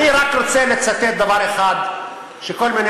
אני רק רוצה לצטט דבר אחד של כל מיני